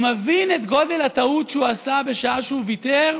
הוא מבין את גודל הטעות שהוא עשה בשעה שהוא ויתר